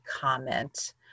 comment